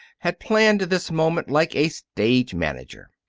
had planned this moment like a stage-manager.